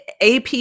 AP